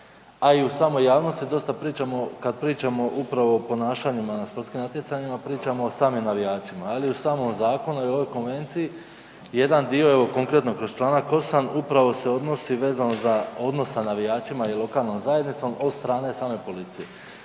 a i u samoj javnosti dosta pričamo kad pričamo upravo o ponašanjima na sportskim natjecanjima pričamo o samim navijačima, ali u samom zakonu i ovoj konvenciji jedan dio, evo konkretno kroz čl. 8. upravo se odnosi vezano za odnos sa navijačima i lokalnom zajednicom od strane same policije.